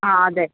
ആ അതെ